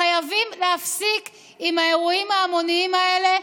חייבים להפסיק עם האירועים ההמוניים האלה,